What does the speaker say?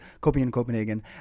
Copenhagen